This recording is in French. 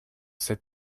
cet